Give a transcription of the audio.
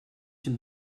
une